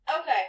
Okay